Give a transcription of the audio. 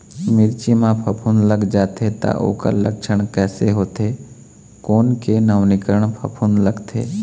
मिर्ची मा फफूंद लग जाथे ता ओकर लक्षण कैसे होथे, कोन के नवीनीकरण फफूंद लगथे?